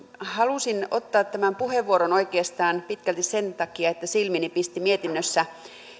halusin ottaa tämän puheenvuoron oikeastaan pitkälti sen takia että silmiini pisti mietinnössä